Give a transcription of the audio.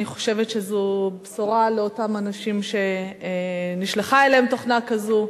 אני חושבת שזו בשורה לאותם אנשים שנשלחה אליהם תוכנה כזו,